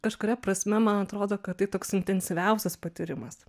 kažkuria prasme man atrodo kad tai toks intensyviausias patyrimas